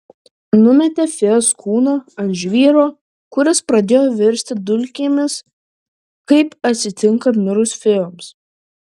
numetė fėjos kūną ant žvyro kur jis pradėjo virsti dulkėmis kaip atsitinka mirus fėjoms